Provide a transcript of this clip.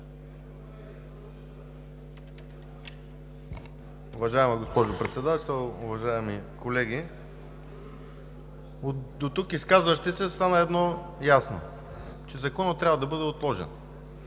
Уважаема госпожо Председател, уважаеми колеги! От дотук изказващите се стана ясно едно, че Законът трябва да бъде отложен.